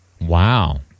Wow